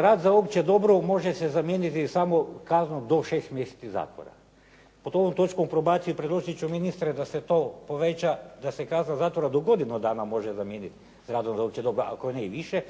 rad za opće dobro može se zamijeniti samo kaznom do 6 mjeseci zatvora. Po ovom točkom probacije predložit ću ministre da se to poveća, da se kazna zatvora do godinu dana može zamijeniti sa radom za opće dobro ako ne i više,